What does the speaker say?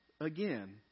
again